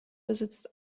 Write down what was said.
besitzt